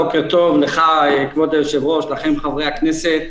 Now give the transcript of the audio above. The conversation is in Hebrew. בוקר טוב לך, כבוד היושב-ראש, לכם, חברי הכנסת,